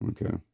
Okay